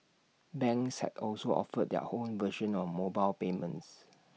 banks have also offered their own version of mobile payments